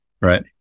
Right